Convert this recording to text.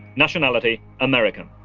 nationality american,